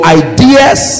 ideas